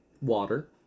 Water